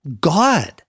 God